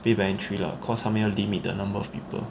pay per entry lah because 他们有 limit the number of people